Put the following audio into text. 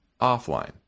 offline